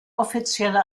offizielle